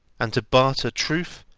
and to barter truth,